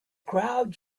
crowd